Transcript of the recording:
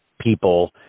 people